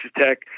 Tech